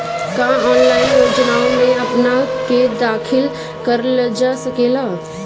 का ऑनलाइन योजनाओ में अपना के दाखिल करल जा सकेला?